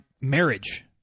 marriage